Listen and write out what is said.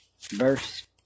Verse